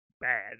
bad